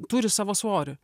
turi savo svorį